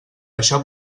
això